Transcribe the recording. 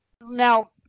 Now